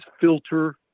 filter